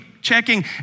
checking